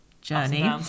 journey